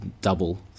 double